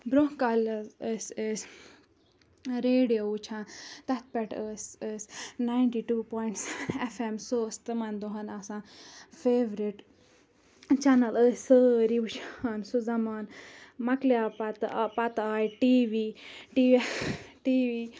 برونٛہہ کالہِ حظ ٲسۍ ٲسۍ ریڈیو وٕچھان تَتھ پٮ۪ٹھ ٲسۍ أسۍ ninety two point seven F M سُہ ٲس تِمَن دۄہَن آسان فیٚورِٹ چَنَل ٲسۍ سٲری وٕچھان سُہ زَمانہٕ مۄکلیٛو پَتہٕ پَتہٕ آے T V T V T V